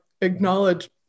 acknowledge